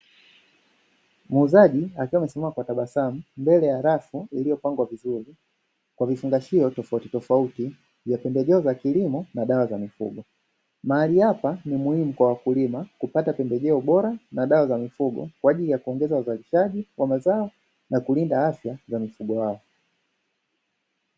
Muuzaji akiwa amesimama kwa tabasamu mbele ya rafu iliyopangwa vizuri kwa vifungashio tofautitofauti vya pembejeo za kilimo na dawa za mifugo. Mahali hapa ni muhimu kwa wakulima kupata pembejeo bora na dawa za mifugo kwa ajili ya kuongeza uzalishaji wa mazao na kulinda afya za mifugo yao.